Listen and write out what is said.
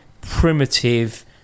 primitive